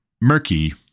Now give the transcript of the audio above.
murky